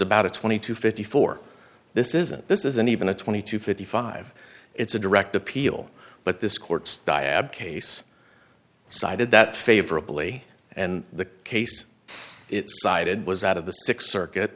about a twenty to fifty four this isn't this isn't even a twenty two fifty five it's a direct appeal but this court's dyad case cited that favorably and the case it cited was out of the six circuit